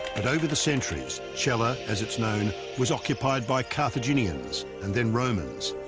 but over the centuries shellah as it's known was occupied by carthaginians and then romans.